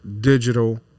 digital